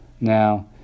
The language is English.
Now